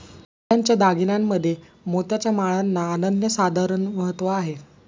महिलांच्या दागिन्यांमध्ये मोत्याच्या माळांना अनन्यसाधारण महत्त्व आहे